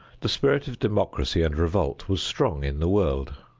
the spirit of democracy and revolt was strong in the world.